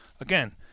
again